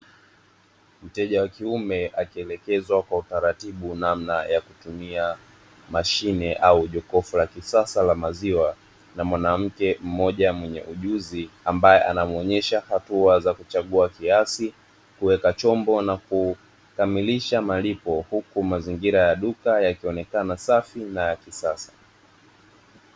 Mteja wa kiume akielekezwa kwa utaratibu namna ya kutumia mashine au jokofu la kisasa la maziwa na mwanamke mmoja mwenye ujuzi, anayemwonyesha namna ya kuchagua kiasi kuweka chombo na kukamilisha malipo huku mazingira ya duka yakionekana safi na ya kisasa.